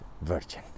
Virgin